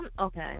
Okay